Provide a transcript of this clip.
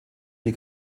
die